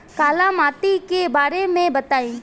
काला माटी के बारे में बताई?